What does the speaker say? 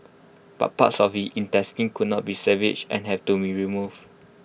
but parts of his intestines could not be salvaged and had to be removed